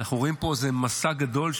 אנחנו רואים פה מסע גדול,